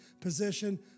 position